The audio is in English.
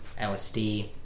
LSD